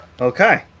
Okay